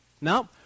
no